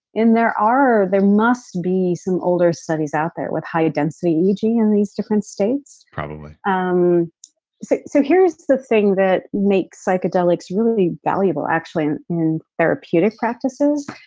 there are, there must be some older studies out there with high density eeg in these different states probably um so so here's the thing that makes psychedelics really valuable actually in therapeutic practices.